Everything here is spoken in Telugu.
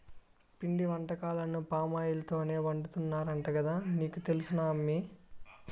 పిండి వంటకాలను పామాయిల్ తోనే వండుతున్నారంట కదా నీకు తెలుసునా అమ్మీ